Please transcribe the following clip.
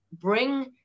bring